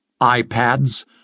iPads